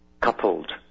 coupled